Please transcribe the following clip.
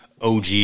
OG